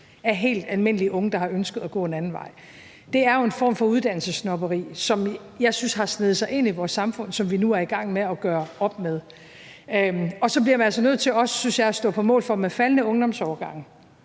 af helt almindelige unge, der har ønsket at gå en anden vej. Det er jo en form for uddannelsessnobberi, som jeg synes har sneget sig ind i vores samfund, og som vi nu er i gang med at gøre op med. Så bliver man altså også nødt til, synes jeg, at stå på mål for, at hvis der er faldende ungdomsårgange